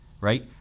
right